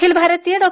अखिल भारतीय डॉ